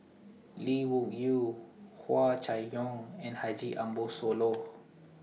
Lee Wung Yew Hua Chai Yong and Haji Ambo Sooloh